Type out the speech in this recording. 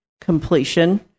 completion